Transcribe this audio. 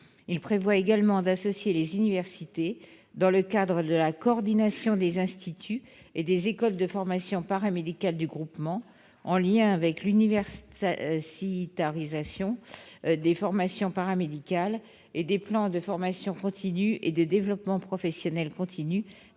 Il prévoit également d'associer les universités dans le cadre de la coordination des instituts et des écoles de formation paramédicale du groupement, en lien avec l'« universitarisation » des formations paramédicales et les plans de formation continue et de développement professionnel continu